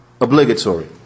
obligatory